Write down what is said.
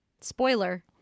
spoiler